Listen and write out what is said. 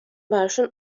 براشون